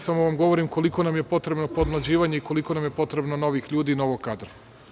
Samo vam ovo govorim koliko nam je potrebno podmlađivanje i koliko nam je potrebno novih ljudi i novog kadra.